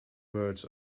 words